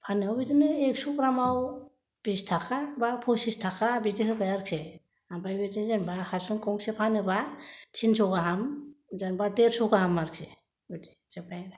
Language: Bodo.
फाननायाव बिदिनो एकस' ग्रामाव बिस थाखा बा पसिस थाखा बिदि होबाय आरोखि ओमफ्राय बिदिनो जेनेबा हासुं गंसे फानोब्ला थिनस' गाहाम जेनेबा देरस' गाहाम बिदि जोबबाय आरो